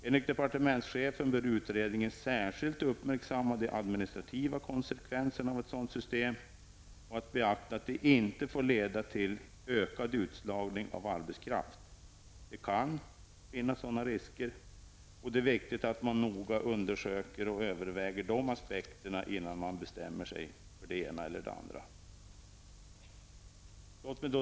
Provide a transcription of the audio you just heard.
Enligt departementschefen bör utredningen särskilt uppmärksamma de administrativa konsekvenserna av ett sådant system och beakta att det inte får leda till ökad utslagning av arbetskraft. Det kan finnas sådana risker, och det är viktigt att man noga undersöker och överväger dessa aspekter innan man bestämmer sig för det ena eller det andra.